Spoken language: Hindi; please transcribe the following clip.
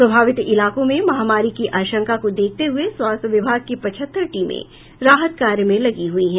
प्रभावित इलाकों में महामारी की आशंका को देखते हुए स्वास्थ्य विभाग की पचहत्तर टीमें राहत कार्य में लगी हुई है